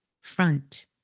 front